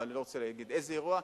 ואני לא רוצה להגיד איזה אירוע,